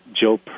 Joe